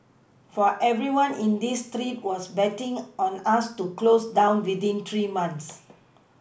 for everyone in this street was betting on us to close down within three months